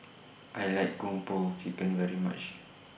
I like Kung Po Chicken very much